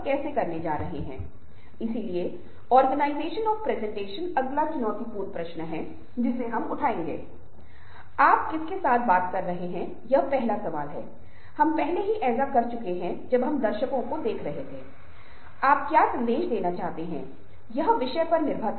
जैसे की मैं प्रोजेक्टर पे पावर पॉइंट चला सकता हूँ मैं एक मूवी चला सकता हूँ मैं म्यूजिक चला सकता हूं और आपको यह दिखा सकता हूं यह सब विज़ुअल्स का हिस्सा हैं और शक्तिशाली भूमिका निभाता है